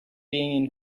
being